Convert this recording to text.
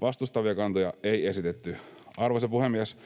Vastustavia kantoja ei esitetty. Arvoisa puhemies!